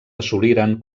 assoliren